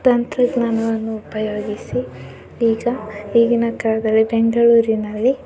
ತಂತ್ರಜ್ಞಾನವನ್ನು ಉಪಯೋಗಿಸಿ ಈಗ ಈಗಿನ ಕಾಲದಲ್ಲಿ ಬೆಂಗಳೂರಿನಲ್ಲಿ